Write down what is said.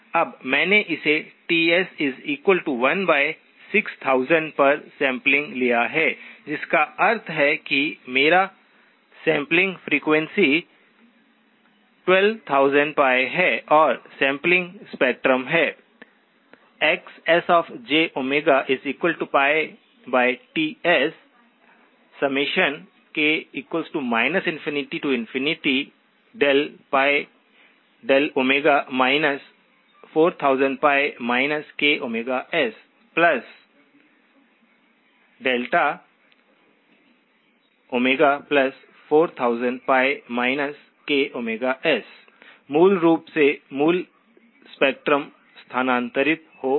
अब मैंने इसे Ts 16000 पर सैंपलिंग लिया है जिसका अर्थ है कि मेरा सैंपलिंग फ्रीक्वेंसी 12000 π है और सैंपलिंग स्पेक्ट्रम है XsjΩTsk ∞ δΩ 4000π ksδΩ4000π ks मूल रूप से मूल स्पेक्ट्रम स्थानांतरित हो गया